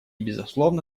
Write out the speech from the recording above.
безусловно